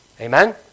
Amen